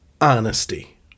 honesty